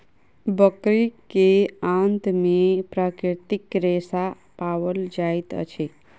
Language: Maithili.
बकरी के आंत में प्राकृतिक रेशा पाओल जाइत अछि